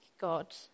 God